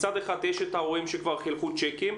מצד אחד יש את ההורים שכבר חילקו צ'קים,